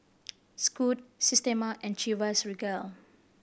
Scoot Systema and Chivas Regal